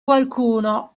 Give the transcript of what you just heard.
qualcuno